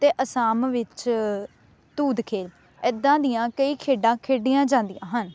ਅਤੇ ਅਸਾਮ ਵਿੱਚ ਧੂਧ ਖੇਦ ਇੱਦਾਂ ਦੀਆਂ ਕਈ ਖੇਡਾਂ ਖੇਡੀਆਂ ਜਾਂਦੀਆਂ ਹਨ